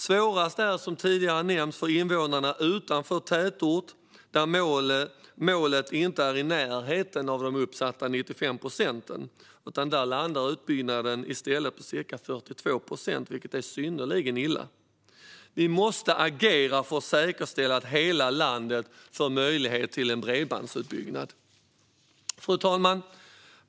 Svårast är det, som tidigare nämnts, för invånare utanför tätort, där målet inte är i närheten av uppsatta 95 procent. Där landar utbyggnaden i stället på ca 42 procent, vilket är synnerligen illa. Vi måste agera för att säkerställa att hela landet får möjlighet till bredbandsutbyggnad. Fru talman!